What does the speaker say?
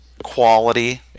Quality